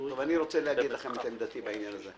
טוב, אני רוצה להגיד לכם את עמדתי בעניין הזה.